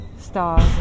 stars